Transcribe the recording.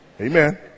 Amen